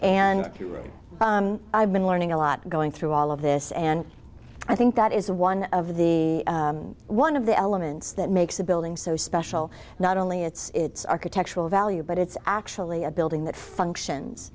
and i've been learning a lot going through all of this and i think that is one of the one of the elements that makes the building so special not only its architectural value but it's actually a building that functions